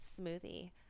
smoothie